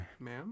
ma'am